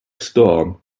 storm